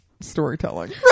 storytelling